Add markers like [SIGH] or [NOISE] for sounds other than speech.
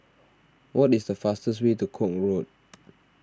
what is the fastest way to Koek Road [NOISE]